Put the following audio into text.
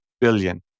billion